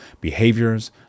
behaviors